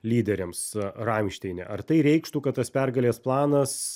lyderiams ramšteine ar tai reikštų kad tas pergalės planas